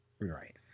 right